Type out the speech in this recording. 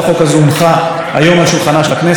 אני מאמין שאקבל פטור מחובת הנחה.